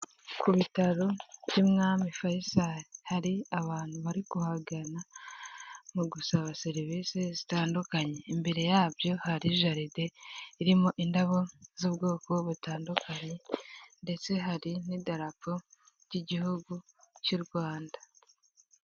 Ku bitaro by'Umwami Faisal hari abantu barihangana mu gusaba serivisi zitandukanye, imbere yabyo hari jaride irimo indabo z'ubwoko butandukanye ndetse hari n'idarapo ry'Igihugu cy'u Rwanda.